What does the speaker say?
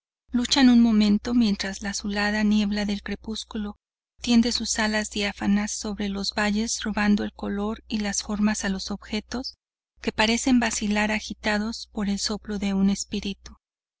nace luchan un momento mientras la azulada niebla del crepúsculo tiende sus alas diáfanas sobre los valles robando el color y las formas a los objetos que parecen vacilar agitados por el soplo de un espíritu